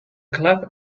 clap